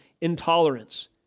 intolerance